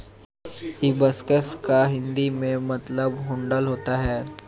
hibiscus का हिंदी में मतलब गुड़हल होता है